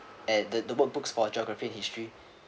at the the workbooks for geography and history